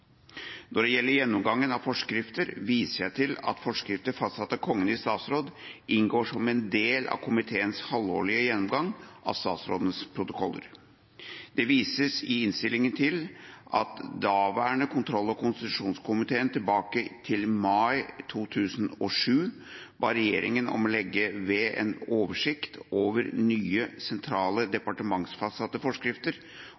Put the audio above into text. Når det gjelder gjennomgangen av forskrifter, viser jeg til at forskrifter fastsatt av Kongen i statsråd inngår som en del av komiteens halvårlige gjennomgang av statsrådets protokoller. Det vises i innstillinga til at daværende kontroll- og konstitusjonskomité tilbake til mai 2007 ba regjeringa om å legge ved en oversikt over nye sentralt departementsfastsatte forskrifter